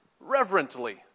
Reverently